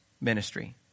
ministry